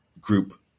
group